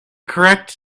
correct